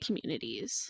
communities